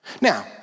Now